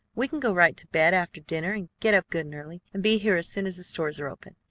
we can go right to bed after dinner, and get up good and early, and be here as soon as the stores are open.